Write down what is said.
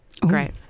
Great